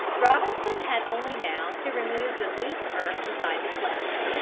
robinson had only now to remove the loose earth inside the cleft.